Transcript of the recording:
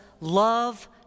love